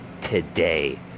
today